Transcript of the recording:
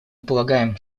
полагаем